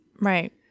right